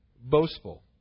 boastful